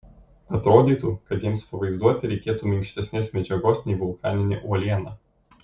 atrodytų kad jiems pavaizduoti reikėtų minkštesnės medžiagos nei vulkaninė uoliena